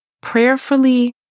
prayerfully